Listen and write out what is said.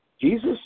Jesus